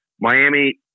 Miami